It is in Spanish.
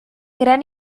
gran